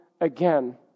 again